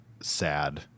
Sad